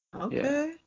Okay